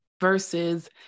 versus